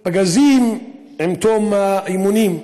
מפגזים עם תום האימונים.